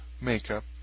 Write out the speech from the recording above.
makeup